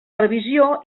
revisió